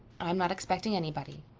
i'm not expecting anybody.